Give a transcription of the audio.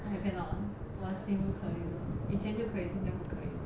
I cannot 我心不可以了以前就可以现在不可以了